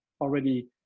already